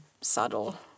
subtle